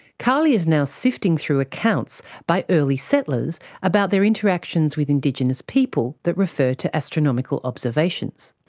karlie is now sifting through accounts by early settlers about their interactions with indigenous people that refer to astronomical observations.